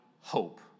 hope